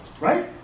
Right